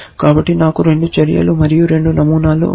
కాబట్టి నాకు 2 చర్యలు మరియు 2 నమూనాలు ఉన్నాయి